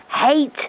hate